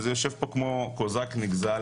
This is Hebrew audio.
הוא יושב פה כמו קוזק נגזל